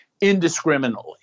indiscriminately